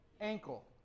ankle